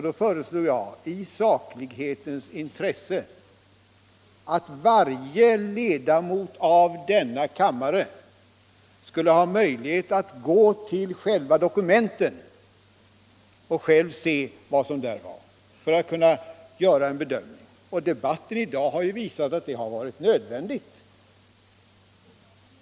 Då föreslog jag i saklighetens intresse att varje ledamot av denna kammare skulle ha möjlighet att gå till själva dokumenten för att kunna göra en bedömning av vad som där sades. Debatten i dag har ju också visat att det var nödvändigt.